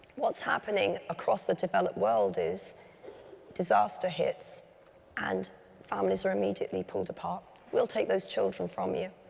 what's happening across the developed world is disaster hits and families are immediately pulled apart we'll take those children from you.